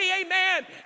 amen